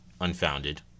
unfounded